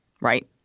right